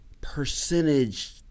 percentage